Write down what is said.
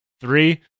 three